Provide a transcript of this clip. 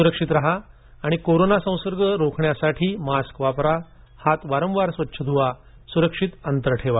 सुरक्षित राहा आणि कोरोना संसर्ग रोखण्यासाठी मास्क वापरा हात वारंवार स्वच्छ धुवा सुरक्षित अंतर ठेवा